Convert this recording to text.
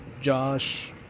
Josh